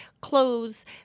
clothes